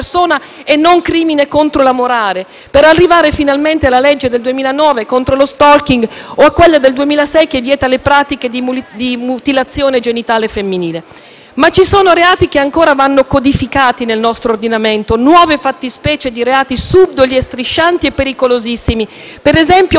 alla legge del 2009 contro lo *stalking* o a quella del 2006 che vieta le pratiche di mutilazione genitale femminile. Ci sono però reati che ancora vanno codificati nel nostro ordinamento: nuove fattispecie di reati subdoli, striscianti e pericolosissimi: per esempio pene severe per chiunque pubblica o divulga attraverso strumenti informatici,